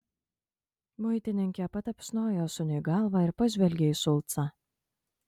muitininkė patapšnojo šuniui galvą ir pažvelgė į šulcą